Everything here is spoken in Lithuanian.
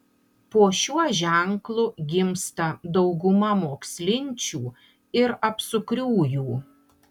po šiuo ženklu gimsta dauguma mokslinčių ir apsukriųjų